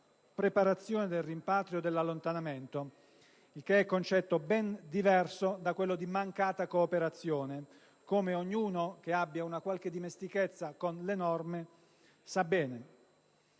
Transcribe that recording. preparazione del rimpatrio o dell'allontanamento» (che è un concetto ben diverso da quello di mancata cooperazione, come sa bene chiunque abbia una qualche dimestichezza con le norme).